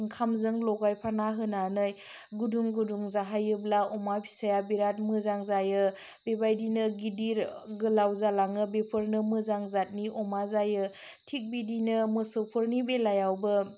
ओंखामजों लगायफाना होनानै गुदुं गुदुं जाहोयोब्ला अमा फिसाया बिराथ मोजां जायो बेबायदिनो गिदिर गोलाव जालाङो बेफोरनो मोजां जातनि अमा जायो थिग बिदिनो मोसौफोरनि बेलायावबो